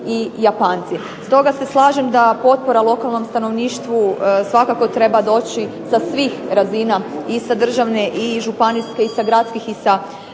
Stoga se slažem da potpora lokalnom stanovništvu svakako treba doći sa svih razina i sa državne i županijske i sa gradskih i sa